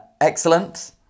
Excellent